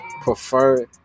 prefer